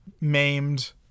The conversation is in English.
maimed